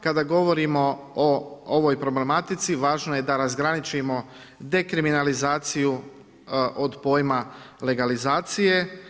Kada govorimo o ovoj problematici važno je da razgraničimo dekriminalizaciju od pojma legalizacije.